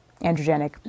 androgenic